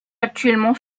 actuellement